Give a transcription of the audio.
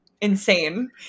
insane